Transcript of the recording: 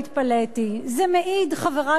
זה מעיד, חברי חברי הכנסת,